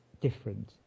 different